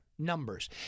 numbers